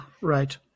right